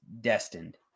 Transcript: destined